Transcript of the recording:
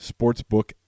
sportsbook